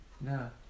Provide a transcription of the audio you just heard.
No